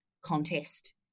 contest